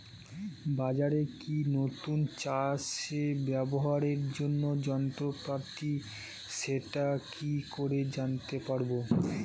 বাজারে কি নতুন চাষে ব্যবহারের জন্য যন্ত্রপাতি সেটা কি করে জানতে পারব?